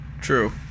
True